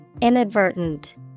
Inadvertent